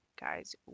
guys